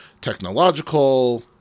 technological